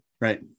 Right